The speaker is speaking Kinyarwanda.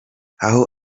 aho